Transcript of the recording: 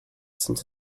sent